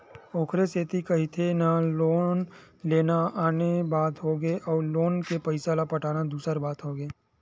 ओखरे सेती कहिथे ना लोन लेना आने बात होगे अउ लोन के पइसा ल पटाना दूसर बात होगे